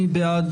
מי בעד?